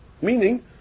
Meaning